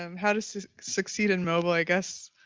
um how to so succeed in mobile? i guess